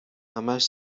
همش